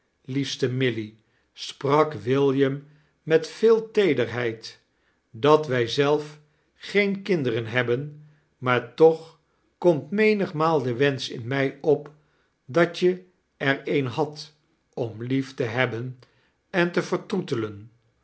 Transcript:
liefste milly sprak william met veel teederheid dat wij zelf geem kinderea hebben maar toch komt menigmaal de wensch in mrj op dat je er een had om lief te hebben en tie verteoetelen